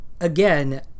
again